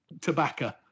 tobacco